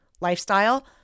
lifestyle